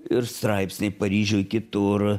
ir straipsniai paryžiuj kitur